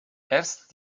erst